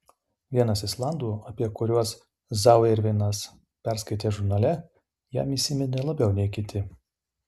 vienas islandų apie kuriuos zauerveinas perskaitė žurnale jam įsiminė labiau nei kiti